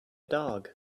dog